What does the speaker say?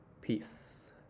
Peace